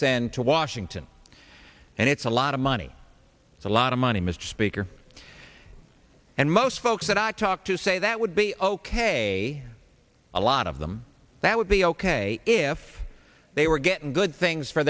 send to washington and it's a lot of money it's a lot of money mr speaker and most folks that i talked to say that would be ok a lot of them that would be ok if they were getting good things for